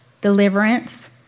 deliverance